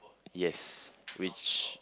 yes which